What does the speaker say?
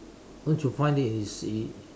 don't you find it easy